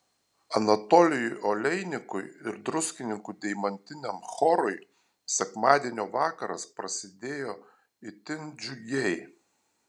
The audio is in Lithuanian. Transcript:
anatolijui oleinikui ir druskininkų deimantiniam chorui sekmadienio vakaras prasidėjo itin džiugiai